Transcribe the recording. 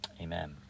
Amen